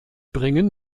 bringen